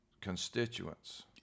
constituents